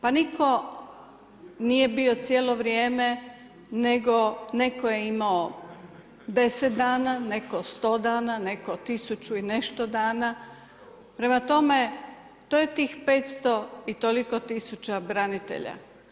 Pa nitko nije bio cijelo vrijeme nego netko je imao 10 dana, netko 100 dana, netko 1000 i nešto dana, prema tome, to je tih 500 i toliko tisuća branitelja.